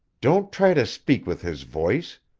don't try to speak with his voice.